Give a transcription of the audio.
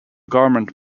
garment